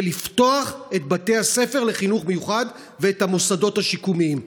ולפתוח את בתי הספר לחינוך מיוחד ואת המוסדות השיקומיים.